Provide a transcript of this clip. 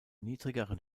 niedrigeren